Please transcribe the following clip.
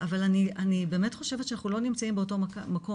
אבל אני באמת חושבת שאנחנו כבר לא נמצאים באותו המקום.